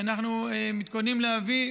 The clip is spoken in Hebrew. אנחנו מתכוננים להביא,